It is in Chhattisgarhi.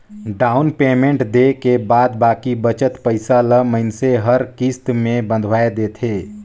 डाउन पेमेंट देय के बाद बाकी बचत पइसा ल मइनसे हर किस्त में बंधवाए देथे